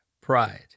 pride